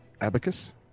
abacus